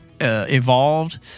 evolved